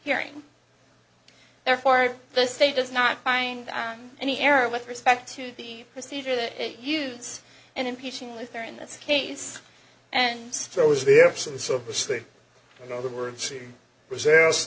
hearing therefore the state does not find any error with respect to the procedure they use and impeaching luthor in this case and so is the absence of the state in other words he was ask